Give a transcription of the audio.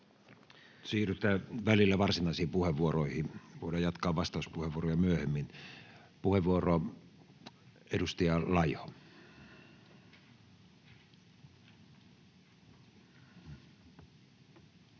siirrytään välillä varsinaisiin puheenvuoroihin. Voidaan jatkaa vastauspuheenvuoroja myöhemmin. — Puheenvuoro, edustaja Laiho.